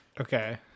Okay